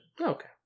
Okay